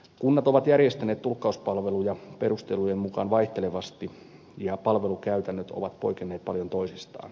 kunnat ovat järjestäneet tulkkauspalveluja perustelujen mukaan vaihtelevasti ja palvelukäytännöt ovat poikenneet paljon toisistaan